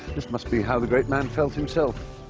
this must be how the great man felt himself.